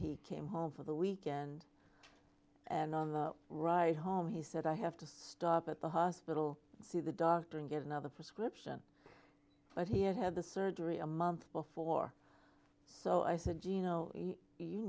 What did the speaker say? he came home for the weekend and on the ride home he said i have to stop at the hospital and see the doctor and get another prescription but he had had the surgery a month before so i said you know you